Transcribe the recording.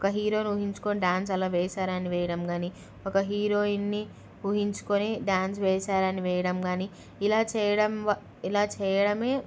ఒక హీరోయిన్ ఊహించుకొని డ్యాన్స్ అలా వేశారని వేయడం కానీ ఒక హీరోయిన్ని ఊహించుకొని డ్యాన్స్ వేశారని వేయడం కానీ ఇలా చేయడం ఇలా చేయడమే